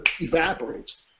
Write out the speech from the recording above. evaporates